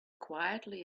quietly